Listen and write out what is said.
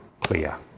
clear